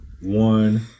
one